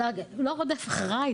לא רודף אחרי,